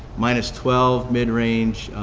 minus twelve mid range,